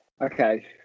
Okay